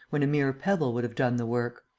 when a mere pebble would have done the work?